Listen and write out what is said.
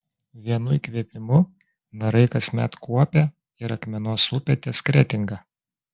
vienu įkvėpimu narai kasmet kuopia ir akmenos upę ties kretinga